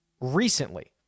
recently